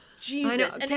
Jesus